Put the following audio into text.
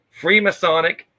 Freemasonic